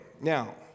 Now